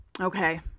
Okay